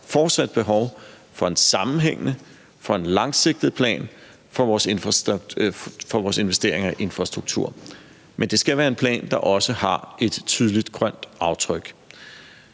er der fortsat behov for en sammenhængende, for en langsigtet plan for vores investeringer i infrastruktur, men det skal være en plan, der også har et tydeligt grønt aftryk.